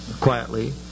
quietly